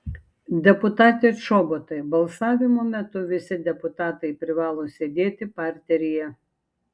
deputate čobotai balsavimo metu visi deputatai privalo sėdėti parteryje